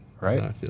Right